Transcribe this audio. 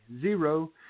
zero